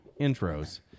intros